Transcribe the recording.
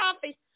coffee